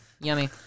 Yummy